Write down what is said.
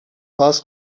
pass